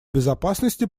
безопасности